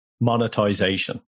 monetization